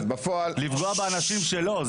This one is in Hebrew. לפגוע באנשים שלו,